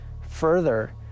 further